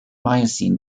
miocene